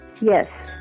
Yes